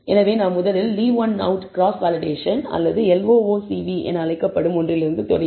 எனவே நான் முதலில்லீவ் ஒன் அவுட் கிராஸ் வேலிடேஷன் அல்லது LOOCV என அழைக்கப்படும் ஒன்றிலிருந்து தொடங்குகிறேன்